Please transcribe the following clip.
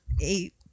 eight